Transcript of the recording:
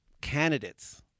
candidates